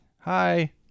Hi